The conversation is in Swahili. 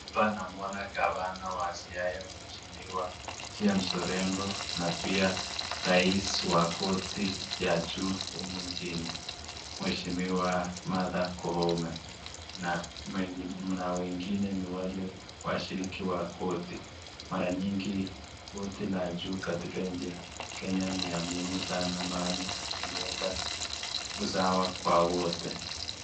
Hapa namwona gavana wa Siaya, Mheshimiwa James Orengo na pia rais wa koti ya juu humu nchini, Mheshimiwa Martha Koome na wengine ni wale washiriki wa koti. Mara nyingi koti la juu katika nchi ya Kenya ni ya muhimu sana maanake huleta usawa kwa wote.